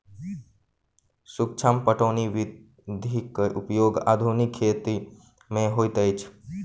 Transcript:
सूक्ष्म पटौनी विधिक उपयोग आधुनिक खेती मे होइत अछि